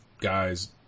guys